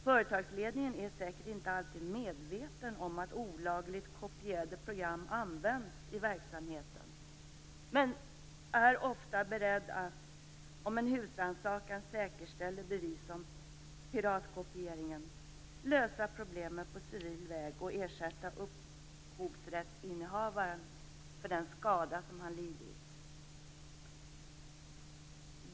Företagsledningen är säkert inte alltid medveten om att olagligt kopierade program används i verksamheten men är ofta beredd att, om en husrannsakan säkerställer bevis om privatkopiering, lösa problemen på civil väg och ersätta upphovsrättshavaren för den skada som han lidit.